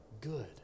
good